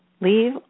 Leave